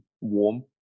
warm